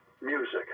music